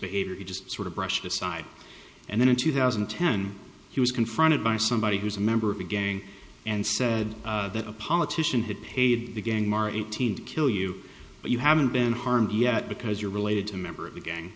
behavior he just sort of brushed aside and then in two thousand and ten he was confronted by somebody who's a member of a gang and said that a politician had paid the gang mara eighteen to kill you but you haven't been harmed yet because you're related to a member of the gang